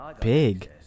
big